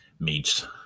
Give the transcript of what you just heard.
meets